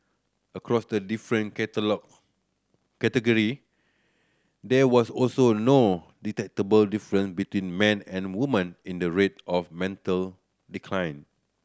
across the different catalogue category there was also no detectable difference between men and woman in the rate of mental decline